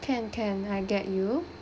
can can I get you